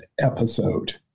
episode